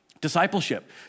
Discipleship